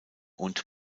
und